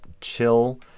chill